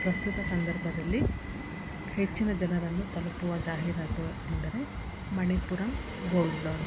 ಪ್ರಸ್ತುತ ಸಂದರ್ಭದಲ್ಲಿ ಹೆಚ್ಚಿನ ಜನರನ್ನು ತಲುಪುವ ಜಾಹೀರಾತು ಎಂದರೆ ಮಣಿಪುರಮ್ ಗೋಲ್ಡ್ ಲೋನ್